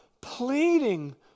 pleading